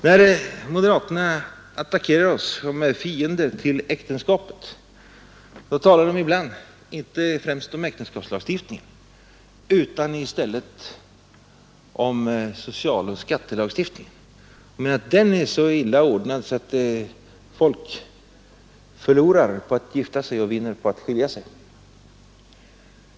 När moderaterna attackerar oss och anklagar oss för att vara fiender till äktenskapet talar de ibland om socialoch skattelagstiftningen och menar att den är så illa ordnad att folk förlorar på att gifta sig och vinner på att skilja sig.